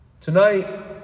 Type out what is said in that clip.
Tonight